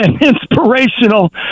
inspirational